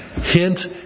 Hint